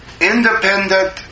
independent